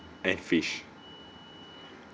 and fish